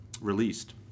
released